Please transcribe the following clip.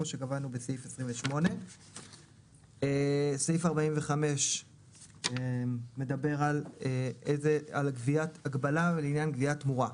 כמו שקבענו בסעיף 28. סעיף 45 מדבר על הגבלה לעניין גביית תמורה.